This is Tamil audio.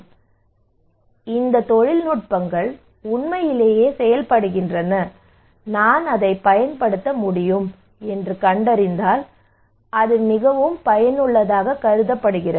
எனவே இந்த தொழில்நுட்பங்கள் உண்மையிலேயே செயல்படுகின்றன நான் அதைப் பயன்படுத்த முடியும் என்று கண்டறிந்தால் அது மிகவும் பயனுள்ளதாக கருதப்படுகிறது